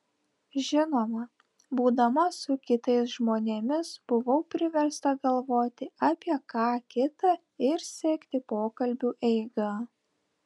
žinoma būdama su kitais žmonėmis buvau priversta galvoti apie ką kita ir sekti pokalbių eigą